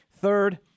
Third